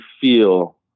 feel